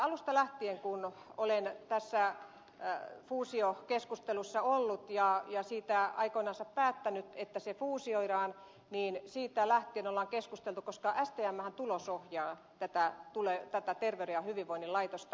alusta lähtien kun olen tässä fuusiokeskustelussa ollut ja siitä aikoinansa päättänyt että se fuusioidaan niin siitä lähtien tästä on keskusteltu koska stmhän tulosohjaa tätä terveyden ja hyvinvoinnin laitosta